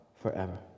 forever